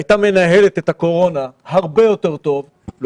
והייתה מנהלת את הקורונה הרבה יותר טוב לו